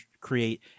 create